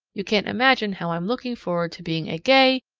you can't imagine how i'm looking forward to being a gay,